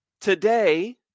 today